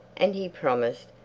and he promised,